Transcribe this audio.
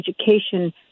education